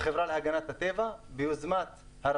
הזכרת בהערה איפה כולם שכבו וישנו בשנים קודמות,